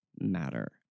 matter